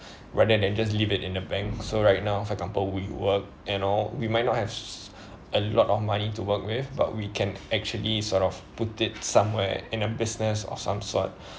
rather than just leave it in the bank so right now for example we work and all we might not have a lot of money to work with but we can actually sort of put it somewhere in a business of some sort